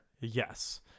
Yes